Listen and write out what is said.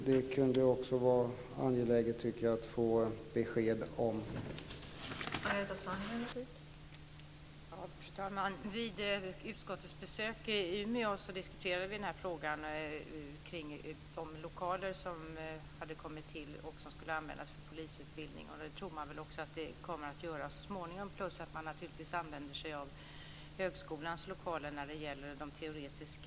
Jag tycker att det är angeläget att få besked om det.